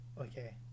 Okay